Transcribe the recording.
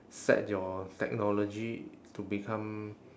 set your technology to become